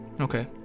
Okay